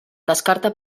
descarta